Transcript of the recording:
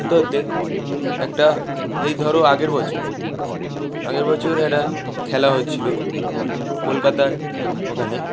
কিন্তু ওতে একটা এই ধরো আগের বছরই আগের বছর একটা খেলা হচ্ছিলো কলকাতার ওখানে